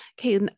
Okay